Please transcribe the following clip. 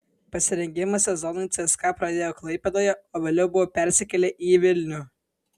pasirengimą sezonui cska pradėjo klaipėdoje o vėliau buvo persikėlę į vilnių